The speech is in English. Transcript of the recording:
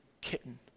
kitten